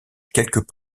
quelques